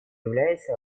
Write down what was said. является